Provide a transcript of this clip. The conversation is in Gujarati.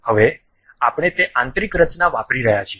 હવે આપણે તે આંતરિક રચના વાપરી રહ્યા છીએ